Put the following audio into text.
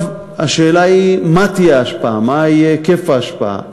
השאלה היא, מה תהיה ההשפעה, מה יהיה היקף ההשפעה.